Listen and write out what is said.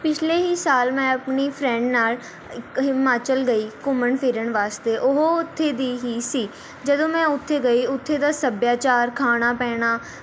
ਪਿਛਲੇ ਹੀ ਸਾਲ ਮੈਂ ਆਪਣੀ ਫਰੈਂਡ ਨਾਲ਼ ਇੱਕ ਹਿਮਾਚਲ ਗਈ ਘੁੰਮਣ ਫਿਰਨ ਵਾਸਤੇ ਉਹ ਉੱਥੇ ਦੀ ਹੀ ਸੀ ਜਦੋਂ ਮੈਂ ਉੱਥੇ ਗਈ ਉੱਥੇ ਦਾ ਸੱਭਿਆਚਾਰ ਖਾਣਾ ਪੀਣਾ